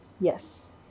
Yes